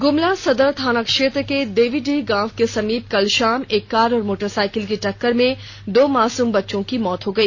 ग्मला सदर थाना क्षेत्र के देवीडीह गांव के समीप कल शाम एक कार और मोटरसाइकिल की टक्कर में दो मासूम बच्चों की मौत हो गई